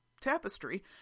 tapestry